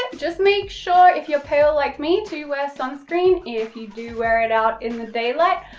just make sure, if you're pale like me, to wear sunscreen if you do wear it out in the daylight,